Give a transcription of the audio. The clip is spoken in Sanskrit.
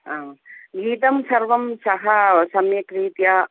आं गीतं सर्वं सः सम्यक् रीत्या